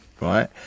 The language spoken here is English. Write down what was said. right